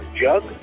jug